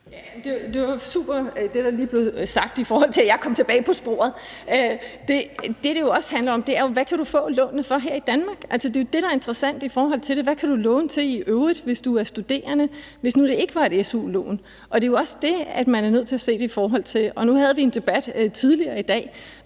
Det, der lige blev sagt, var super, i forhold til at jeg kom tilbage på sporet. Det, det også handler om, er jo: Hvad kan du få lånene for her i Danmark? Altså, det er det, der er interessant i forhold til det. Hvad kan du låne til i øvrigt, hvis du er studerende, hvis nu det ikke var et su-lån? Det er også det, man er nødt til at se det i forhold til. Nu havde vi en debat tidligere i dag,